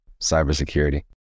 cybersecurity